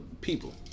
people